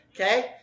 Okay